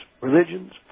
religions